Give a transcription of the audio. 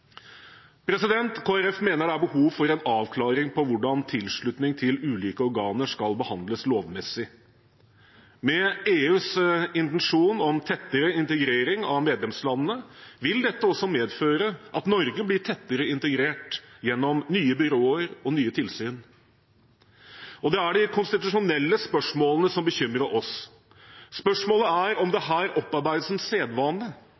mener det er behov for en avklaring av hvordan tilslutning til ulike organer skal behandles lovmessig. EUs intensjon om tettere integrering av medlemslandene vil også medføre at Norge blir tettere integrert gjennom nye byråer og nye tilsyn. Det er de konstitusjonelle spørsmålene som bekymrer oss. Spørsmålet er om det her opparbeides en sedvane